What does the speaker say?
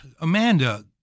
Amanda